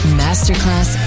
masterclass